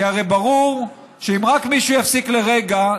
כי הרי ברור שאם רק מישהו יפסיק לרגע,